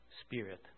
spirit